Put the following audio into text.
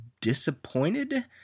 disappointed